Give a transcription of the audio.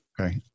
Okay